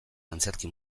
antzerki